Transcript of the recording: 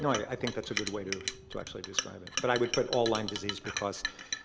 no, i think that's a good way to to actually describe it, but i would put all lyme disease because